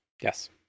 yes